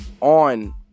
on